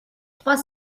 trois